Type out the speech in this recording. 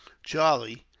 charlie,